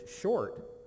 short